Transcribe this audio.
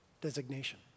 designation